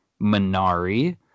Minari